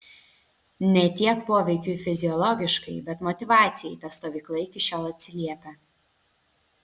ne tiek poveikiui fiziologiškai bet motyvacijai ta stovykla iki šiol atsiliepia